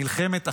מלחמת אחים,